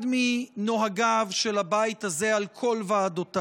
אחד מנוהגיו של הבית הזה על כל ועדותיו